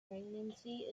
pregnancy